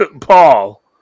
Paul